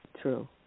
True